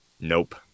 Nope